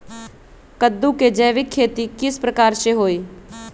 कददु के जैविक खेती किस प्रकार से होई?